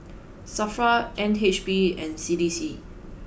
Safra N H B and C D C